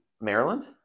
Maryland